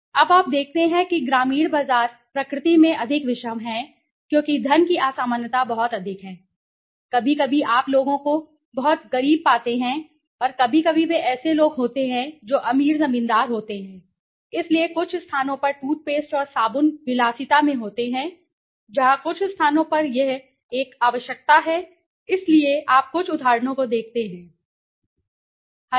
अब आप देखते हैं कि ग्रामीण बाजार अब प्रकृति में अधिक विषम है क्योंकि धन की असमानता बहुत अधिक है कभी कभी आप लोगों को बहुत गरीब पाते हैं और कभी कभी वे ऐसे लोग होते हैं जो अमीर जमींदार होते हैं इसलिए कुछ स्थानों पर टूथपेस्ट और साबुन विलासिता में होते हैं जहां कुछ स्थानों पर यह एक आवश्यकता है इसलिए आप कुछ उदाहरणों को देखते हैं ये कुछ उदाहरण हैं